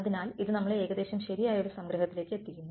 അതിനാൽ ഇത് നമ്മളെ ഏകദേശം ശരിയായ ഒരു സംഗ്രഹത്തിലേക്ക് എത്തിക്കുന്നു